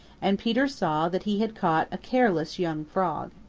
and peter saw that he had caught a careless young frog.